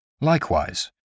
Likewise